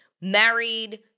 married